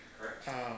correct